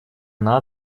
она